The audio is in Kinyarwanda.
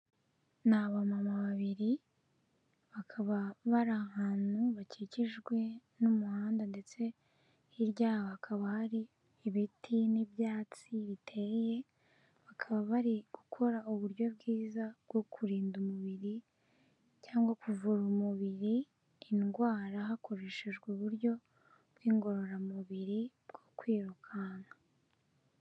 Ni abamama babiri bakaba bari ahantu hakikijwe n'umuhanda ndetse hirya yaho hakaba hari ibiti n'ibyatsi biteye, bakaba bari gukora uburyo bwiza bwo kurinda umubiri cyangwa kuvura umubiri indwara hakoreshejwe uburyo bw'ingorororamubiri bwo kwirukanka.